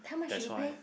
that's why